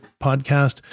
podcast